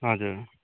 हजुर